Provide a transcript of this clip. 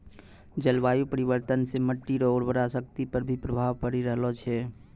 जलवायु परिवर्तन से मट्टी रो उर्वरा शक्ति पर भी प्रभाव पड़ी रहलो छै